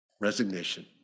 resignation